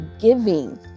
giving